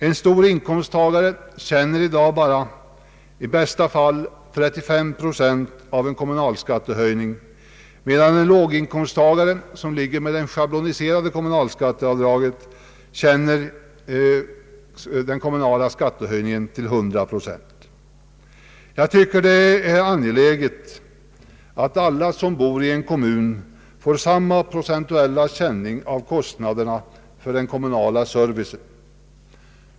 En höginkomsttagare känner i dag i bästa fall bara 35 procent av en kommunalskattehöjning, medan en låginkomsttagare med det schabloniserade skatteavdraget känner den kommu nala skattehöjningen till 100 procent. Det är angeläget att alla som bor i en kommun får samma procentuella känning av kostnaderna för den kommunala servicen.